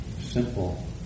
Simple